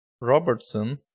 Robertson